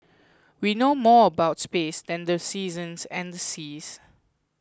we know more about space than the seasons and the seas